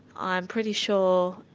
i'm pretty sure,